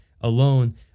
alone